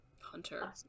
hunter